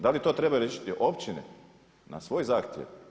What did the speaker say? Da li to trebaju riješiti općine na svoj zahtjev?